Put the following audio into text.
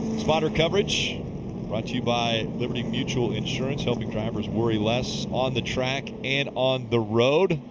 spotter coverage brought to you by liberty mutual insurance helping drivers worry less on the track and on the road.